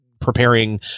preparing